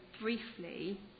briefly